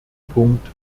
punkt